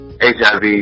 HIV